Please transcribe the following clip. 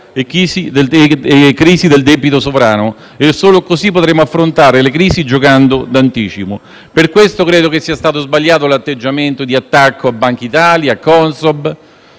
e crisi del debito sovrano. Solo così potremo affrontare le crisi giocando d'anticipo. Per questo credo sia stato sbagliato l'atteggiamento di attacco a Bankitalia e alla Consob